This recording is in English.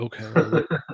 Okay